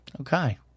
Okay